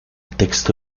texto